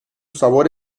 sabor